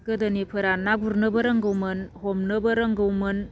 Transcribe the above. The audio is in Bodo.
गोदोनिफोरा ना गुरनोबो रोंगौमोन हमनोबो रोंगौमोन